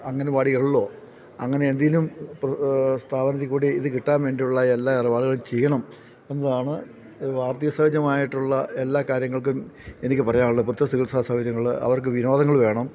അംഗനവാടികളിലോ അങ്ങനെ എന്തേലും സ്ഥാപനത്തില്ക്കൂടി ഇതു കിട്ടാന് വേണ്ടിയുള്ള എല്ലാ ഇടപാടുകളും ചെയ്യണം എന്നതാണ് ഈ വാർധക്യ സഹജമായിട്ടുള്ള എല്ലാ കാര്യങ്ങൾക്കും എനിക്കു പറയാനുള്ളത് പ്രത്യേക ചികിത്സാസൗകര്യങ്ങള് അവർക്കു വിനോദങ്ങള് വേണം